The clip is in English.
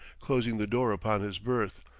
closing the door upon his berth,